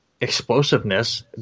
explosiveness